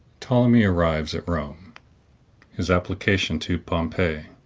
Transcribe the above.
ptolemy arrives at rome his application to pompey